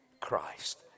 Christ